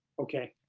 okay.